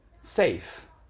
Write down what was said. safe